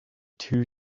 two